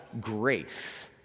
grace